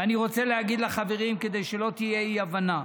ואני רוצה להגיד לחברים כדי שלא תהיה אי-הבנה: